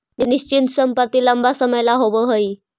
निश्चित संपत्ति लंबा समय ला होवऽ हइ